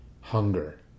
hunger